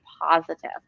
positive